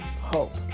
hope